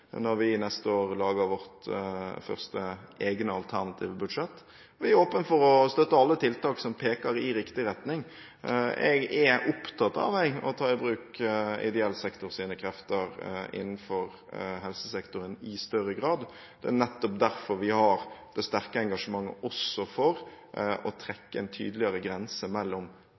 når vi neste år lager vårt første egne alternative budsjett. Vi er åpne for å støtte alle tiltak som peker i riktig retning. Jeg er opptatt av å ta i bruk ideell sektors krefter innenfor helsesektoren i større grad. Det er nettopp derfor vi har det sterke engasjementet også for å trekke en tydeligere grense mellom